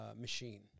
machine